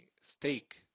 steak